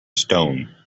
stone